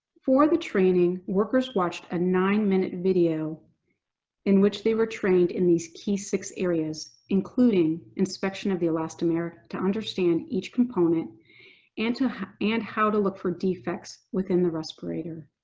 for the training, workers watched a nine minute video in which they were trained in these key six areas, including inspection of the elastomeric to understand each component and and how to look for defects within the respirator.